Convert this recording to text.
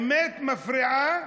האמת מפריעה